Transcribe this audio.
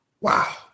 Wow